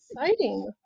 exciting